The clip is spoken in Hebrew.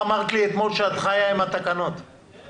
אני לא